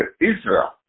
Israel